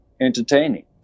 entertaining